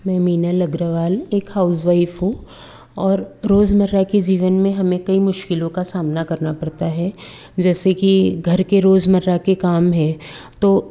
मैं मीनल अग्रवाल एक हाउसवाइफ हूँ और रोजमर्रा के जीवन में हमें कई मुश्किलों का सामना करना पड़ता है जैसे कि घर के रोजमर्रा के काम हैं